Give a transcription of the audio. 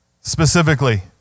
specifically